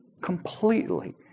completely